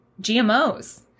GMOs